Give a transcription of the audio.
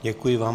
Děkuji vám.